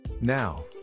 Now